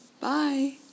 bye